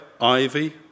Ivy